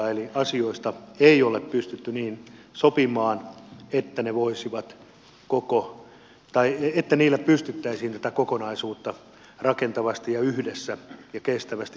eli asioista ei ole pystytty niin sopimaan että niillä pystyttäisiin tätä kokonaisuutta rakentavasti ja yhdessä ja kestävästi viemään eteenpäin